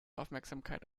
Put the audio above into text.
aufmerksamkeit